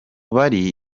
bari